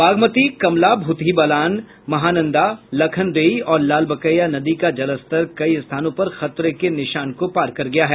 बागमती कमला भूतही बलान महानंदा लखनदेई और लालबकिया नदी का जलस्तर कई स्थानों पर खतरे के निशान को पार कर गया है